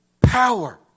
power